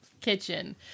Kitchen